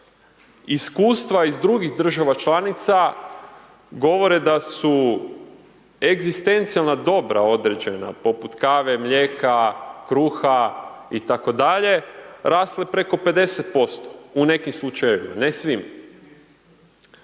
iskustva iz drugih država članica govore da su egzistencijalna dobra određena poput kave, mlijeka, kruha i tako dalje, rasle preko 50% u nekim slučajevima, ne svima.